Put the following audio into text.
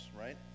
right